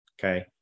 Okay